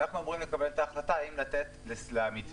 ואנחנו אמורים לקבל את ההחלטה אם לתת למתווה